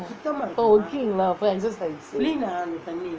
okay lah exercise